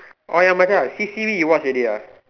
oh ya Macha C_C_V you watch already ah